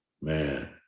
man